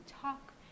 talk